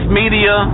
media